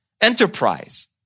enterprise